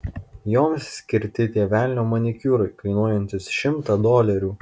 joms skirti tie velnio manikiūrai kainuojantys šimtą dolerių